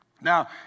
Now